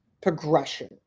progression